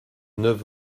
neuf